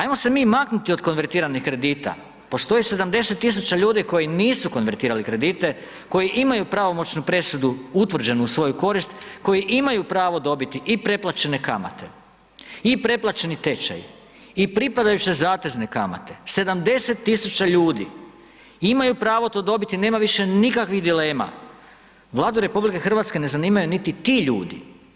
Ajmo se mi maknuti od konvertiranih kredita, postoji 70 tisuća ljudi koji nisu konvertirali kredite, koji imaju pravomoćnu presudu utvrđenu u svoju koristi, koji imaju pravo dobiti i pretplaćene kamate, i pretplaćeni tečaj, i pripadajuće zatezne kamate, 70 tisuća ljudi imaju pravo to dobiti, nema više nikakvih dilema, Vladu Republike Hrvatske ne zanimaju niti ti ljudi.